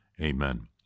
Amen